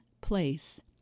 place